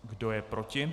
Kdo je proti?